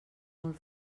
molt